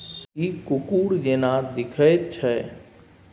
इ कॉकोड़ जेना देखाइत छै